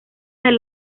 del